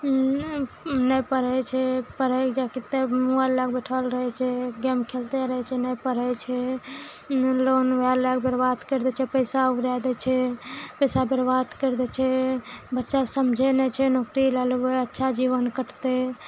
नहि पढ़य छै पढ़यके जा कऽ मोबाइल लए कऽ बैठल रहय छै गेम खेलते रहय छै ने पढ़य छै लोन लए कऽ बर्वाद करि दै छै पैसा उड़ा दै छै पैसा बर्बाद करि दै छै बच्चा समझइ नहि छै नौकरी लए लेबय अच्छा जीवन कटतइ